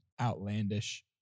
outlandish